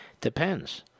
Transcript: Depends